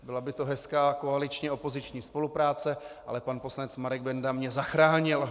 Byla by to hezká koaličněopoziční spolupráce, ale pan poslanec Marek Benda mě zachránil.